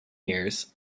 years